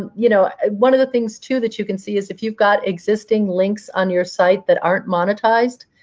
and you know one of the things too that you can see is if you've got existing links on your site that aren't monetized,